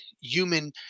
human